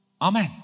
amen